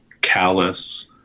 callous